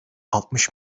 altmış